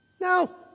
No